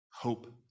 hope